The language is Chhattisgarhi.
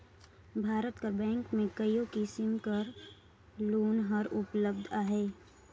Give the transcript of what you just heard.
भारत कर बेंक में कइयो किसिम कर लोन हर उपलब्ध अहे